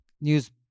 news